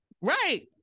Right